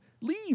Leave